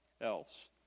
else